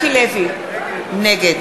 נגד